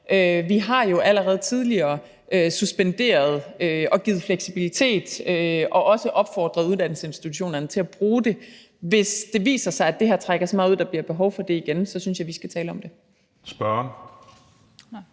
Vi har jo allerede tidligere suspenderet det og givet fleksibilitet, og vi har også opfordret uddannelsesinstitutionerne til at bruge det. Hvis det viser sig, at det her trækker så meget ud, at der bliver behov for det igen, synes jeg, at vi skal tale om det. Kl. 17:09 Den